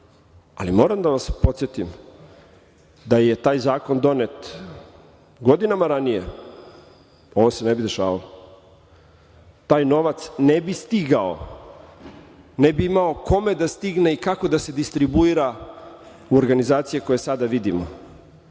ali moram da vas podsetim da je taj zakon donet godinama ranije, ovo se ne bi dešavalo. Taj novac ne bi stigao, ne bi imao kome da stigne i kako da se distribuira u organizacije koje sada vidimo.